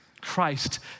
Christ